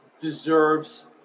deserves